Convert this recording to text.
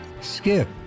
Skip